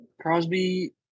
Crosby